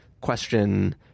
question